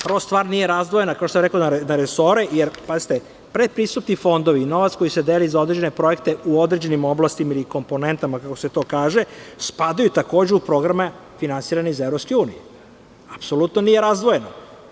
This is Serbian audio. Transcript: Prva stvar, nije razdvojena na resore jer pretpristupni fondovi, novac koji se deli za određene projekte u određenim oblastima ili komponentama, kako se to kaže, spadaju takođe u programe finansirane iz EU, apsolutno nije razdvojeno.